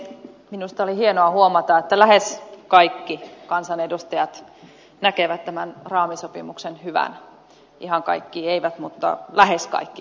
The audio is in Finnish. minusta oli hienoa huomata että lähes kaikki kansanedustajat näkevät tämän raamisopimuksen hyvänä ihan kaikki eivät mutta lähes kaikki kyllä